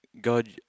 God